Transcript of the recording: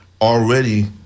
already